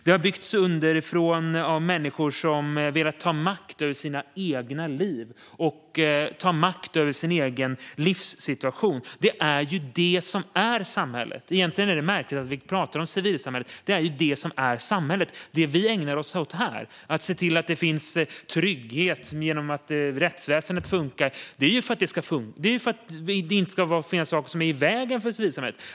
Det har byggts upp underifrån av människor som velat ta makten över sina egna liv och sin egen livssituation. Det är det som är samhället. Egentligen är det märkligt att vi pratar om civilsamhället - det är ju det som är samhället. Det vi ägnar oss åt här, att se till att det finns trygghet genom att rättsväsendet funkar, är ju för att det inte ska finnas saker i vägen för civilsamhället.